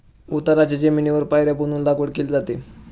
उताराच्या जमिनीवर पायऱ्या बनवून लागवड केली जाते